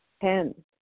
Ten